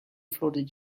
floated